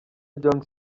john